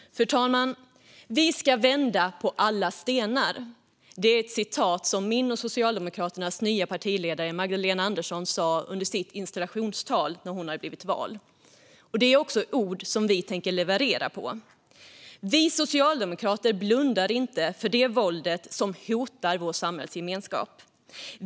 Fru talman! Vi ska vända på alla stenar. Så sa min och Socialdemokraternas nya partiledare Magdalena Andersson i sitt installationstal efter att hon blivit vald. Det är också ord vi tänker leverera på. Vi socialdemokrater blundar inte för det våld som hotar samhällsgemenskapen.